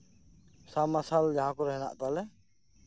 ᱥᱟᱵᱽ ᱢᱟᱨᱥᱟᱞ ᱡᱟᱸᱦᱟ ᱠᱚᱨᱮ ᱢᱮᱱᱟᱜ ᱛᱟᱞᱮ